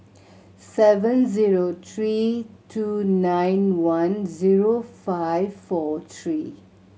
seven zero three two nine one zero five four three